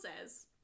says